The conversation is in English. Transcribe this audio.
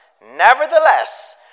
Nevertheless